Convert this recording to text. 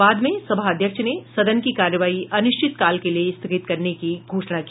बाद में सभा अध्यक्ष ने सदन की कार्यवाही अनिश्चितकाल के लिए स्थगित करने की घोषणा की